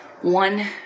one